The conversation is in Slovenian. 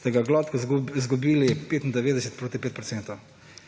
ste ga gladko izgubili 95 proti 5 %.